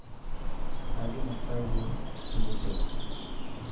ᱟᱹᱰᱤ ᱱᱟᱯᱟᱭ ᱜᱮ ᱵᱩᱡᱷᱟᱹᱜᱼᱟ